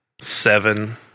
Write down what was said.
Seven